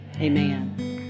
Amen